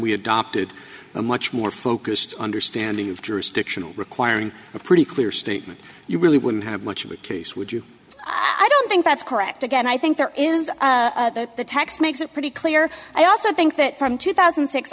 we adopted a much more focused understanding of jurisdiction requiring a pretty clear statement you really wouldn't have much of a case would you i don't think that's correct again i think there is the text makes it pretty clear i also think that from two thousand